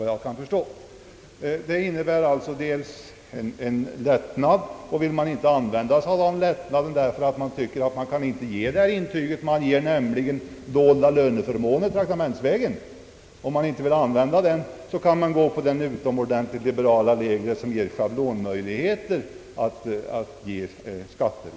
Förslaget i propositionen innebär en lättnad i detta avseende, och vill man inte begagna sig av denna lättnad — arbetsgivaren vill kanske inte lämna ett intyg då det måhända här gäller dolda löneförmåner traktamentsvägen — kan man tillämpa de utomordentligt liberala regler som gäller på detta område.